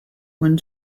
when